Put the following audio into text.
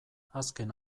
azken